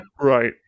right